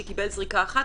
שקיבל זריקה אחת,